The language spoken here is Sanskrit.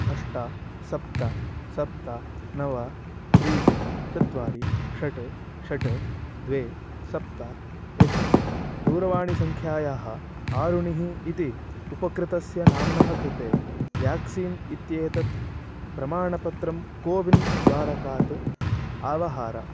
अष्ट सप्त सप्त नव त्रीणि चत्वारि षट् षट् द्वे सप्त एकं दूरवाणीसङ्ख्यायाः आरुणिः इति उपकृतस्य नाम्नः कृते व्याक्सीन् इत्येतत् प्रमाणपत्रं कोविन् द्वारकात् अवाहार